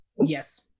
Yes